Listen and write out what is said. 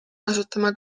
kasutama